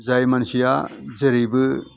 जाय मानसिया जेरैबो